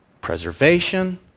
preservation